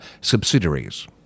subsidiaries